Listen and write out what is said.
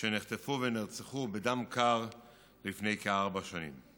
שנחטפו ונרצחו בדם קר לפני כארבע שנים.